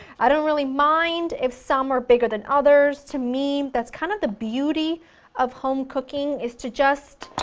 i don't really mind if some are bigger than others. to me, that's kind of the beauty of home cooking is to just,